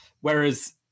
whereas